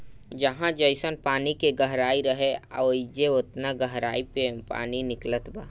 जहाँ जइसन पानी के गहराई रहे, ओइजा ओतना गहराई मे पानी निकलत बा